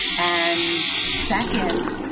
and second,